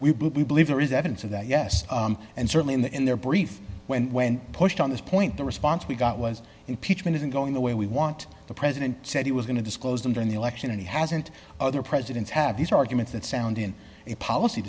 but we believe there is evidence of that yes and certainly in the in their brief when when pushed on this point the response we got was impeachment isn't going the way we want the president said he was going to disclose them during the election and he hasn't other presidents have these arguments that sound in a policy